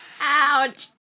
Ouch